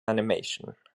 animation